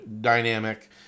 dynamic